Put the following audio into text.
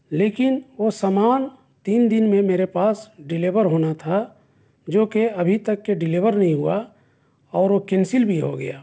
لیکن وہ سامان تین دن میں میرے پاس ڈلیور ہونا تھا جو کہ ابھی تک کے ڈلیور نہیں ہوا اور وہ کینسل بھی ہو گیا